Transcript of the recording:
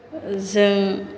जों